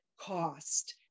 cost